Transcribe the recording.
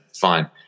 fine